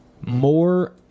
more